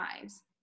lives